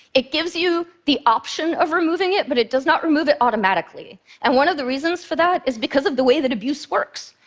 it gives you the option of removing it, but it does not remove it automatically. and one of the reasons for that is because of the way that abuse works.